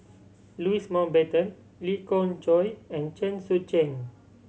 Louis Mountbatten Lee Khoon Choy and Chen Sucheng